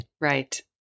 Right